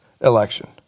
election